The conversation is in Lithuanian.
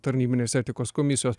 tarnybinės etikos komisijos